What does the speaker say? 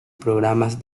programas